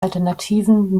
alternativen